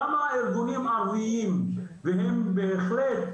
כמה ארגונים ערביים והם בהחלט,